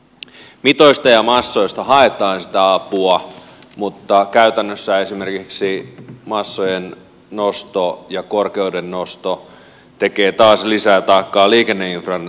mitoista ja massoista haetaan sitä apua mutta käytännössä esimerkiksi massojen nosto ja korkeuden nosto tekee taas lisää taakkaa liikenneinfran rakentamiselle